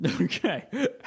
Okay